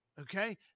Okay